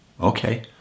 Okay